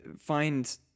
find